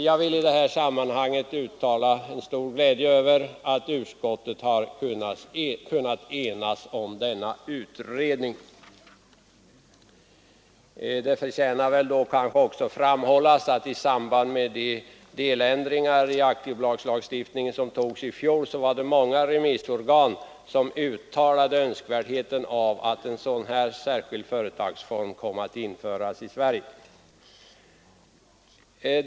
Jag vill i detta sammanhang uttala stor glädje över att utskottet har kunnat enas om denna utredning. Det förtjänar kanske också att framhållas att i samband med de deländringar i aktiebolagslagstiftningen som beslutades i fjol uttalade många remissorgan nödvändigheten av att en sådan här särskild företagsform införs i Sverige.